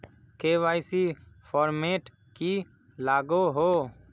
KYC format की लागोहो?